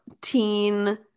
teen